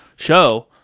show